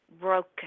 broken